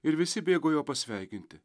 ir visi bėgo jo pasveikinti